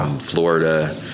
florida